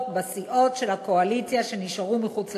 בסיעות של הקואליציה שנשארו מחוץ לכנסת.